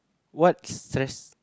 what stress